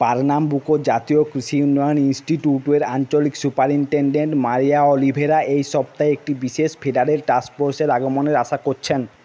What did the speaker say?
পার্নাম্বুকোর জাতীয় কৃষি উন্নয়ন ইনস্টিটিউটের আঞ্চলিক সুপারিন্টেণ্ডেন্ট মারিয়া অলিভেরা এই সপ্তাহে একটি বিশেষ ফেডারেল টাস্ক ফোর্সের আগমনের আশা করছেন